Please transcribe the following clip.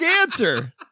answer